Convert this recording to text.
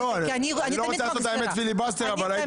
אני לא רוצה לעשות פיליבסטר אבל הייתי